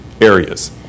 areas